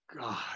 God